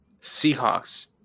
Seahawks